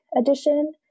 edition